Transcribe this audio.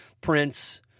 Prince